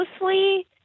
mostly